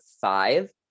five